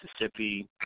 mississippi